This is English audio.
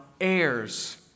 heirs